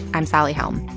i'm sally helm.